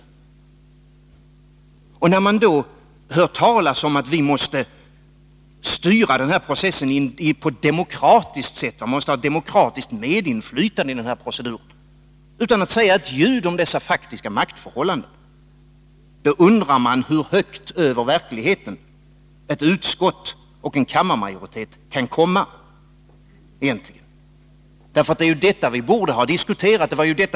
När man då hör talas om att vi måste styra den här processen på ett demokratiskt sätt, att vi måste ha demokratiskt medinflytande, utan att det sägs ett ljud om dessa faktiska maktförhållanden, undrar man hur högt över verkligheten ett utskott och en kammarmajoritet kan komma. Det är detta vi borde ha diskuterat.